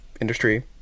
industry